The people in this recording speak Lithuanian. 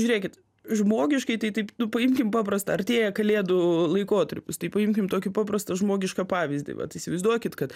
žiūrėkit žmogiškai tai taip nu paimkim paprastą artėja kalėdų laikotarpis paimkim tokį paprastą žmogišką pavyzdį vat įsivaizduokit kad